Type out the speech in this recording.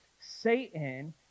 Satan